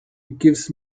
gives